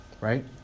Right